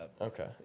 Okay